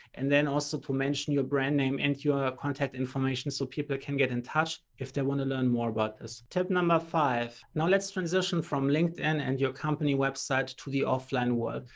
and then also to mention your brand name and your contact information so people can get in touch if they want to learn more about this. tip number five. now let's transition from linkedin and your company website to the offline world.